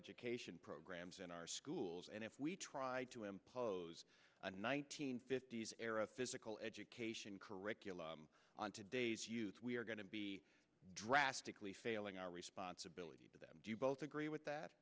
education programs in our schools and if we tried to impose a nine hundred fifty s era physical education curriculum on today's youth we're going to be drastically failing our responsibility to them do you both agree with that